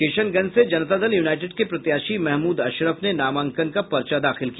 किशनगंज से जनता दल यूनाइटेड के प्रत्याशी महमूद अशरफ ने नामांकन का पर्चा दाखिल किया